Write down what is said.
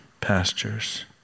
pastures